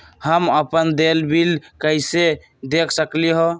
हम अपन देल बिल कैसे देख सकली ह?